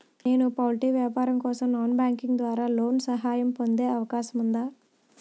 నేను పౌల్ట్రీ వ్యాపారం కోసం నాన్ బ్యాంకింగ్ ద్వారా లోన్ సహాయం పొందే అవకాశం ఉందా?